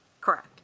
Correct